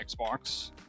Xbox